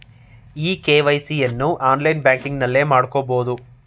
E KYC ಅನ್ನು online ಬ್ಯಾಂಕಿಂಗ್ನಲ್ಲೇ ಮಾಡ್ಕೋಬೋದು